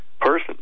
person